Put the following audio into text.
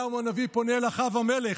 אליהו הנביא פונה אל אחאב המלך,